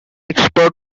expert